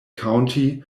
county